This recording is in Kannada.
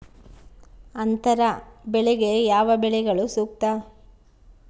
ಅಂತರ ಬೆಳೆಗೆ ಯಾವ ಬೆಳೆಗಳು ಸೂಕ್ತ?